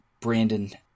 Brandon